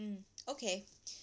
mm okay